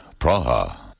Praha